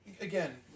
Again